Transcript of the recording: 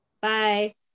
Bye